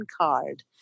card